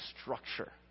structure